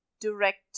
direct